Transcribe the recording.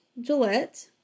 Gillette